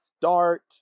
start